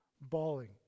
bawling